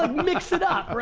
um mix it up,